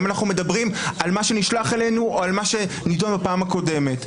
האם אנחנו מדברים על מה שנשלח אלינו או על מה שנידון בפעם הקודמת?